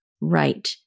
right